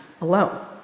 alone